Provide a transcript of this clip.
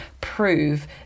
prove